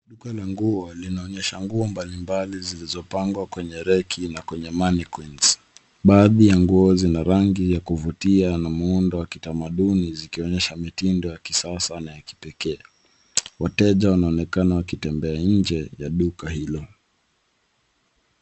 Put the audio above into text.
Duka la nguo linaoneysha nguo mbalimbali zilizopangwa kwenye reki na kwenye mannequins . Baadhi ya nguo zina rangi ya kuvutia na muundo wa kitamaduni zikionyesha mitindo ya kisasa na ya kipekee. Wateja wanaonekana wakitembea nje ya duka hilo.